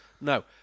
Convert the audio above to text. No